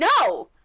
no